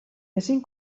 ezin